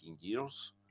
years